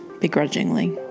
begrudgingly